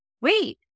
wait